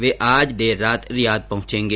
वे आज देर रात रियाद पहुंचेगें